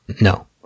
No